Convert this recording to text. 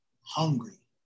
hungry